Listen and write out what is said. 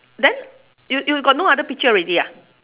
then you you got no other picture already ah